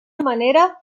manera